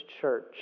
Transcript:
church